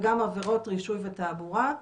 וגם עבירות רישוי ותעבורה,